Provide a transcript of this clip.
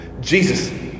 Jesus